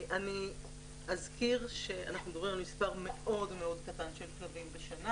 אני אזכיר שאנחנו מדברים על מספר קטן מאוד של כלבים בשנה.